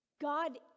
god